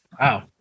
Wow